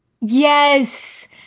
Yes